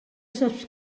saps